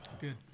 Good